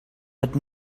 but